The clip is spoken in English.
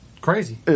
Crazy